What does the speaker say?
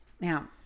Now